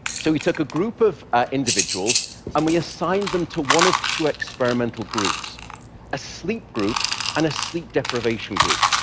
so we took a group of individuals and we assigned them to one of two experimental groups a sleep group and a sleep deprivation group.